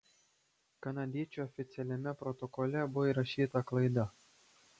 kanadiečiui oficialiame protokole buvo įrašyta klaida